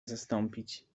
zastąpić